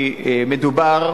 כי מדובר